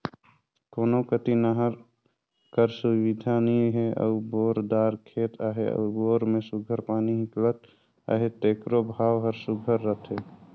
कोनो कती नहर कर सुबिधा नी हे अउ बोर दार खेत अहे अउ बोर में सुग्घर पानी हिंकलत अहे तेकरो भाव हर सुघर रहथे